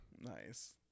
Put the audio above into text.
Nice